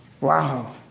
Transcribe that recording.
Wow